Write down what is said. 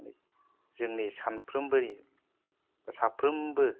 जोंनि सानफ्रोमबो साफ्रोमबो